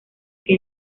que